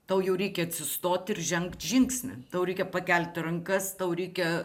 tau jau reikia atsistot ir žengt žingsnį tau reikia pakelti rankas tau reikia